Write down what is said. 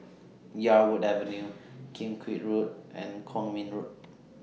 Yarwood Avenue Kim Keat Road and Kwong Min Road